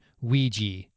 Ouija